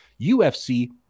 UFC